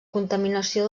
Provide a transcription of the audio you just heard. contaminació